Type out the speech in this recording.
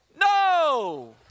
no